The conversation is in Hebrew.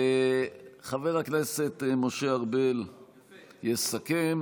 חבר הכנסת משה ארבל יסכם.